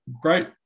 great